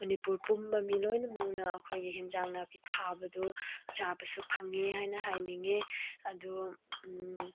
ꯃꯅꯤꯄꯨꯔꯄꯨꯝꯕ ꯃꯤ ꯂꯣꯏꯅꯃꯛꯅ ꯑꯩꯈꯣꯏꯒꯤ ꯑꯦꯟꯁꯥꯡ ꯅꯥꯄꯤ ꯊꯥꯕꯗꯣ ꯆꯥꯕꯁꯨ ꯐꯪꯉꯦ ꯍꯥꯏꯅ ꯍꯥꯏꯅꯤꯡꯉꯦ ꯑꯗꯨ